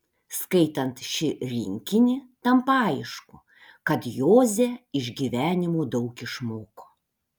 skaitant šį rinkinį tampa aišku kad joze iš gyvenimo daug išmoko